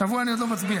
השבוע אני עוד לא מצביע.